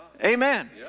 Amen